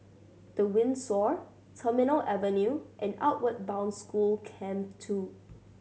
The Windsor Terminal Avenue and Outward Bound School Camp Two